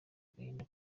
agahinda